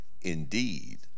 Indeed